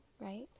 right